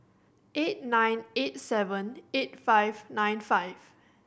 eight nine eight seven eight five nine five